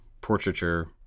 portraiture